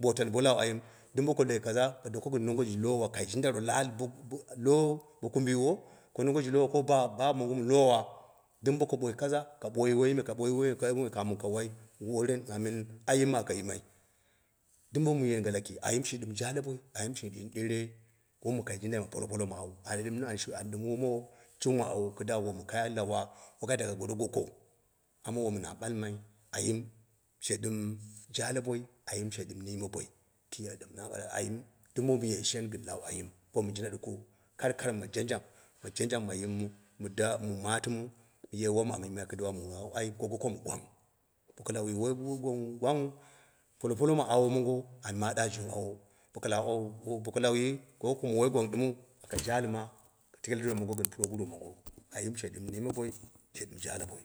bo tani bo lau ayim dip boko loi kaza ka doko gɨn nongo ji lowa, kai jindoro lalli bo bo ko bo kumbiiwa, ko nongi ji lowo ko baba mi lowa ɗɨm bo ka boi kaza, ka ɓoi i woyime, ka ɓoi woyi me, kamin ka woi yin woreen amii ayim aka yimai dim bo mu yinge lake ayim she ɗim jale boi, she ɗɨm ɗɨu re wom mi kai jinda ma polopolok ma awo ayim an ɗun, wumowo jung ma awo kɨda wom ka lawa woi ka taka goro gokou amma wo mɨ na ɓalmai ayim she ɗɨm jale boi, ayim she ɗɨm mima boi, kii yadda mina ɓala ɗɨm bo mu ye shen gɨn lau ayim bo ye jinda ɗoko karkat ma jang, ma jang ma yimmu, mu daw, mu ma tama mu ye wom amu yimai kibluwu mu wai ayim ko goko mɨ gwang, bo ka layi woi wo goko mɨ gwangngha polopolok ma awomongo an ma da dungawo bo ka lau au bo ka lauyi ko goko mi woi gwang ɗɨmiu aka jalɨma teele deren mong gɨn puroguru mongo, ayim she ɗɨm niime boi ayim she ɗɨm jale boi.